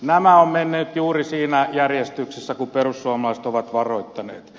nämä ovat menneet juuri siinä järjestyksessä kuin perussuomalaiset ovat varoittaneet